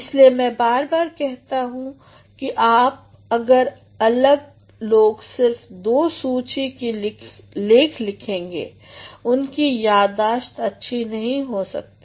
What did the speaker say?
इसलिए मैं बार बार कहता आ रहा हूँ की अगर लोग सिर्फ दो सूची की लेख लिखेंगे उनकी याददाश्त अच्छी नही हो सकती